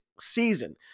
season